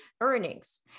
earnings